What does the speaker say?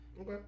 Okay